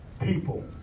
people